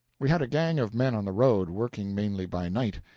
we had a gang of men on the road, working mainly by night.